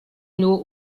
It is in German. nur